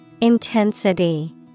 Intensity